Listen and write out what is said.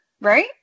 right